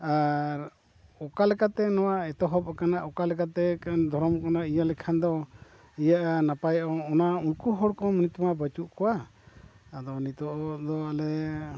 ᱟᱨ ᱚᱠᱟ ᱞᱮᱠᱟᱛᱮ ᱱᱚᱣᱟ ᱮᱛᱚᱦᱚᱵ ᱟᱠᱟᱱᱟ ᱚᱠᱟ ᱞᱮᱠᱟᱛᱮ ᱫᱷᱚᱨᱚᱢ ᱤᱭᱟᱹ ᱞᱮᱠᱷᱟᱱ ᱫᱚ ᱤᱭᱟᱹᱜᱼᱟ ᱱᱟᱯᱟᱭᱚᱜᱼᱟ ᱚᱱᱟ ᱩᱱᱠᱩ ᱦᱚᱲ ᱠᱚᱢᱟ ᱱᱤᱛ ᱢᱟ ᱵᱟᱹᱪᱩᱜ ᱠᱚᱣᱟ ᱟᱫᱚ ᱱᱤᱛᱳᱜ ᱫᱚ ᱟᱞᱮ